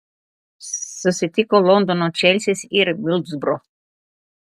susitiko londono čelsis ir midlsbro